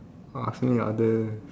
ask me other